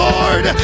Lord